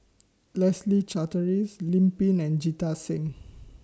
Leslie Charteris Lim Pin and Jita Singh